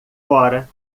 fora